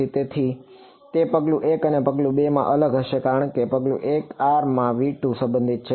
તેથી તે પગલું 1 અને પગલું 2 માં અલગ હશે કારણ કે પગલું 1 r માં V2 સંબંધિત છે